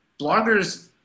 bloggers